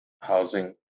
housing